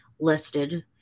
listed